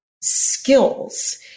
skills